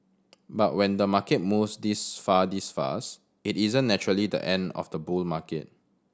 but when the market moves this far this fast it isn't naturally the end of the bull market